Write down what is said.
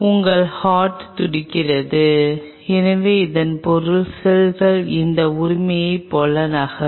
உங்கள் ஹார்ட் துடிக்கிறது எனவே இதன் பொருள் செல்கள் இந்த உரிமையைப் போல நகரும்